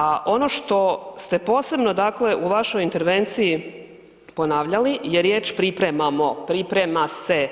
A ono što ste posebno u vašoj intervenciji ponavljali je riječ pripremamo, priprema se,